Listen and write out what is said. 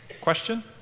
Question